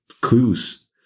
clues